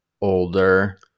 older